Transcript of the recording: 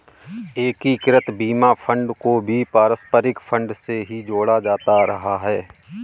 एकीकृत बीमा फंड को भी पारस्परिक फंड से ही जोड़ा जाता रहा है